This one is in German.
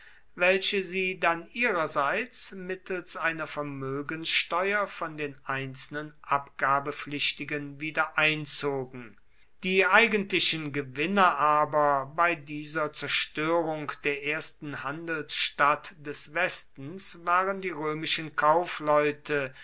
welche sie dann ihrerseits mittels einer vermögenssteuer von den einzelnen abgabepflichtigen wiedereinzogen die eigentlichen gewinner aber bei dieser zerstörung der ersten handelsstadt des westens waren die römischen kaufleute